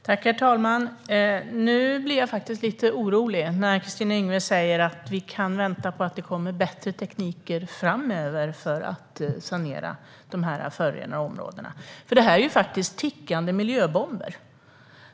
Herr talman! Jag blir lite orolig när Kristina Yngwe säger att vi ska vänta på bättre teknik för att sanera de förorenade områdena. Det här är tickande miljöbomber.